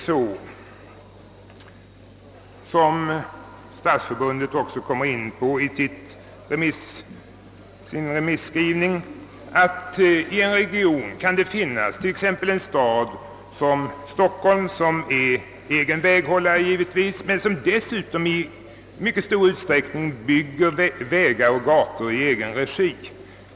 Som Stadsförbundet berör i sitt remissyttrande kan det i en region finnas t.ex. en stad som Stockholm, som givetvis är väghållare och som i mycket stor utsträckning bygger vägar och gator i egen regi.